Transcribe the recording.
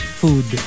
food